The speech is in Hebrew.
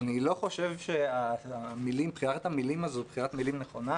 אני לא חושב שבחירת המילים הזאת היא בחירת מילים נכונה.